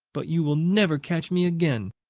but you will never catch me again.